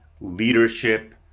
leadership